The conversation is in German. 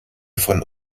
von